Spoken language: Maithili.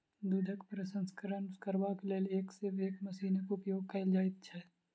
दूधक प्रसंस्करण करबाक लेल एक सॅ एक मशीनक उपयोग कयल जाइत छै